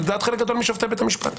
לדעת חלק גדול משופטי בית המשפט.